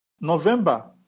November